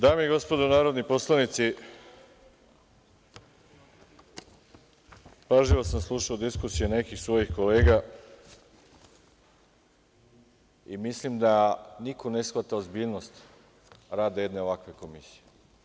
Dame i gospodo narodni poslanici, pažljivo sam slušao diskusije nekih svojih kolega i mislim da niko ne shvata ozbiljnost rada ovakve jedne Komisije.